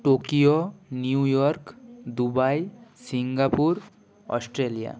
Tokyo New York Dubai Singapore Australia